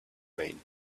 mean